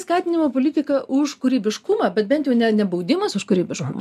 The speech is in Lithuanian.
skatinimo politika už kūrybiškumą bet bent jau ne nebaudimas už kūrybiškumą